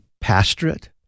pastorate